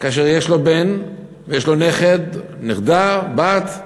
שכאשר יש לו בן, יש לו נכד, נכדה, בת,